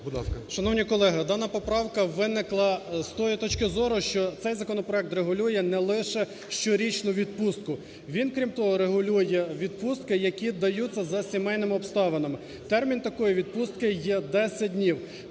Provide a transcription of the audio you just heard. Шановні колеги, дана поправка виникла з тієї точки зору, що цей законопроект регулює не лише щорічну відпустку. Він крім того регулює відпустки, які даються за сімейними обставинами. Термін такої відпустки є 10 днів.